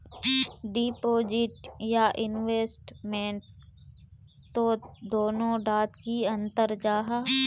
Deposit या investment तोत दोनों डात की अंतर जाहा?